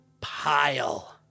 pile